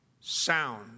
sound